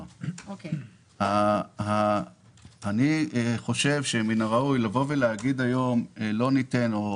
אני חושב שמן הראוי להגיד היום "לא ניתן" או